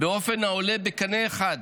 באופן העולה בקנה אחד